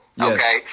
Okay